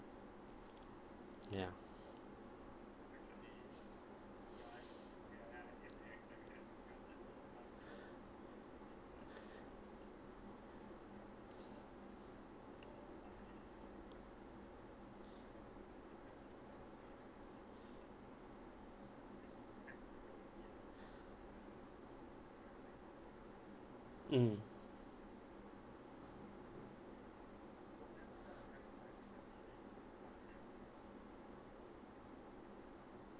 ya mm